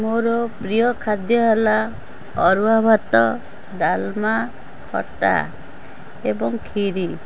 ମୋର ପ୍ରିୟ ଖାଦ୍ୟ ହେଲା ଅରୁଆ ଭାତ ଡାଲମା ଖଟା ଏବଂ ଖିରୀ